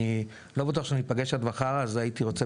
אני לא בטוח שנפגש עד מחר אז הייתי רוצה